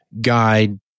guide